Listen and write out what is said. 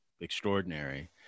extraordinary